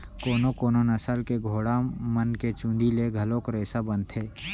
कोनो कोनो नसल के घोड़ा मन के चूंदी ले घलोक रेसा बनथे